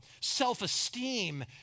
self-esteem